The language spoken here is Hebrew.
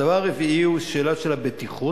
הדבר הרביעי הוא השאלה של הבטיחות,